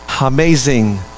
amazing